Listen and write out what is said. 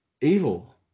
Evil